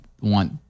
want